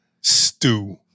stew